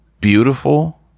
beautiful